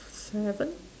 seven